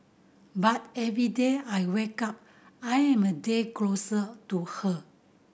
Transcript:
but every day I wake up I am a day closer to her